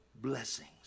blessings